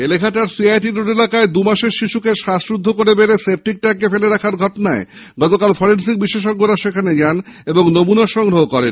বেলেঘাটার CIT road এলাকায় দুমাসের শিশুকে শ্বাসরোধ করে সেপ্টিক ট্যাঙ্কে ফেলে রাখার ঘটনায় গতকাল ফরেন্সিক বিশেষজ্ঞরা সেখানে যায় এবং নমুনা সংগ্রহ করেন